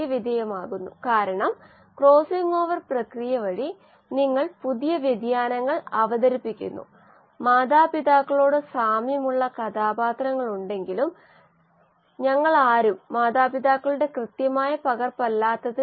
ഒരു medium carbon സ്രോതസ്സ് ഊർജ്ജ സ്രോതസ്സ് നൈട്രജൻ ഉറവിട ലവണങ്ങൾ പോഷകങ്ങൾ എന്നിവ കണ്ടെത്തുന്നത് എന്താണെന്ന് നമ്മൾ കണ്ടു അവയിൽ ഏതെങ്കിലും പരിമിതപ്പെടുത്തുന്ന സബ്സ്ട്രേറ്റ് വളർച്ചയെ പരിമിതപ്പെടുത്തുന്ന ഒരു ks